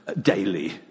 daily